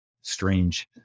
strange